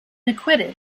acquitted